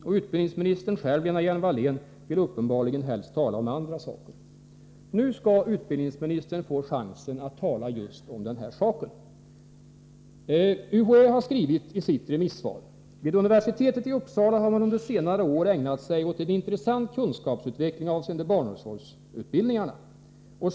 Och utbildningsministern själv, Lena Hjelm-Wallén , vill uppenbarligen helst tala om andra saker.” Nu skall utbildningsministern få chansen att tala om just denna sak. UHÄ har skrivit i sitt remissvar: ”Vid universitetet i Uppsala har man under senare år ägnat sig åt en intressant kunskapsutveckling avseende barnomsorgsutbildningarna.